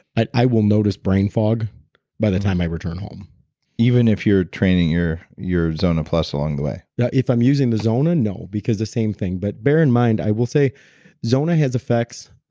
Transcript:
i i will notice brain fog by the time i return home even if you're training your your zona plus along the way? no, if i'm using the zona, no, because the same thing. but bear in mind i will say zona has effects